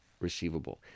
receivable